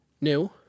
new